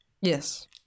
Yes